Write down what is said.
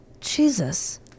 Jesus